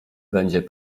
będzie